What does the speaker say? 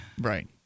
Right